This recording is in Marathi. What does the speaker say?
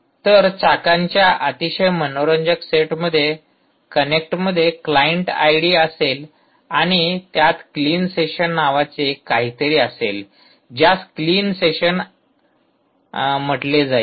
तर चाकांच्या अतिशय मनोरंजक सेटमध्ये कनेक्टमध्ये क्लायंट आयडी असेल आणि त्यात क्लीन सेशन नावाचे काहीतरी असेल ज्यास क्लीन सेशन म्हटले जाईल